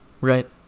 right